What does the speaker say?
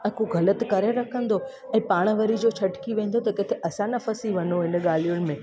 अको ग़लति करे रखंदो ऐं पाण वरी जो छटकी वेंदो त किथे असां न फंसी वञू हिन ॻाल्हियुनि में